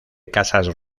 casas